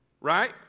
Right